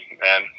man